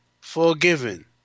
forgiven